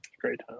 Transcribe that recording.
Great